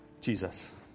Jesus